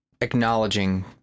acknowledging